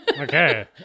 Okay